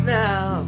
now